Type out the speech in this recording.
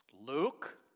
Luke